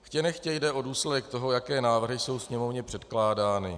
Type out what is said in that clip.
Chtě nechtě jde o důsledek toho, jaké návrhy jsou Sněmovně předkládány.